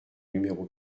numéro